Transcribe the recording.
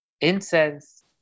incense